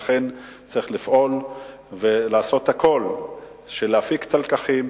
לכן צריך לפעול ולעשות הכול כדי להפיק את הלקחים,